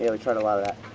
yeah we tried a lot of that.